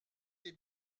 les